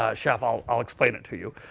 ah chef, i'll i'll explain it to you.